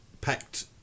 packed